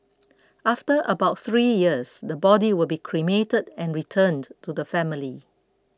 after about three years the body will be cremated and returned to the family